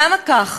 למה כך?